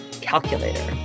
calculator